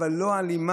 אבל לא אלימה,